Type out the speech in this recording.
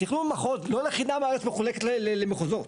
לא לחינם הארץ מחולקת למחוזות.